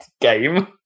Game